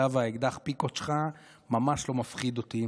אתה והאקדח פיקות שלך ממש לא מפחיד אותי.